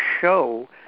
show